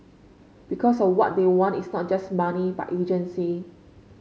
because a what they want is not just money but agency